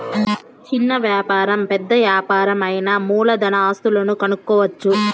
చిన్న వ్యాపారం పెద్ద యాపారం అయినా మూలధన ఆస్తులను కనుక్కోవచ్చు